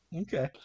Okay